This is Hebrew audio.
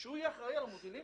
הוא יהיה אחראי על המובילים?